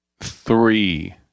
three